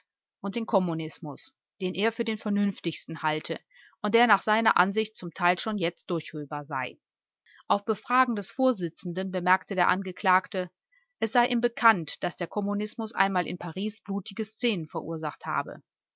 und den kommunismus den er für den vernünftigsten halte und der nach seiner ansicht zum teil schon jetzt durchführbar sei auf befragen des vorsitzenden bemerkte der angeklagte es sei ihm bekannt daß der kommunismus einmal in paris blutige szenen verursacht habe